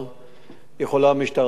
המשטרה יכולה לבקש,